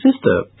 sister